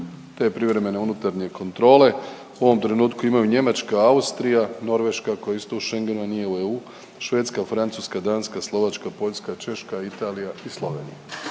Te privremene unutarnje kontrole u ovom trenutku imaju Njemačka, Austrija, Norveška koja je isto u Schengenu, a nije u EU, Švedska, Francuska, Danska, Slovačka, Poljska, Češka, Italija i Slovenija.